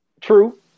true